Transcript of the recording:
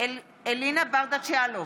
אלינה ברדץ' יאלוב,